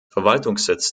verwaltungssitz